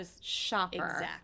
shopper